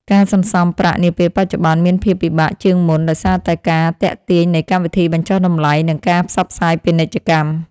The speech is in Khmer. ការសន្សំប្រាក់នាពេលបច្ចុប្បន្នមានភាពពិបាកជាងមុនដោយសារតែការទាក់ទាញនៃកម្មវិធីបញ្ចុះតម្លៃ និងការផ្សព្វផ្សាយពាណិជ្ជកម្ម។